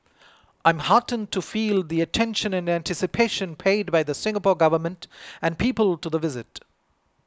I'm heartened to feel the attention and anticipation paid by the Singapore Government and people to the visit